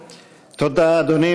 תודה, אדוני.